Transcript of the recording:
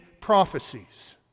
prophecies